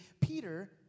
Peter